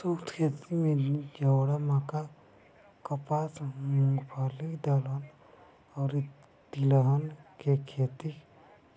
शुष्क खेती में ज्वार, बाजरा, मक्का, कपास, मूंगफली, दलहन अउरी तिलहन के खेती